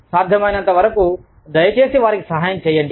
కానీ సాధ్యమైనంతవరకు దయచేసి వారికి సహాయం చేయండి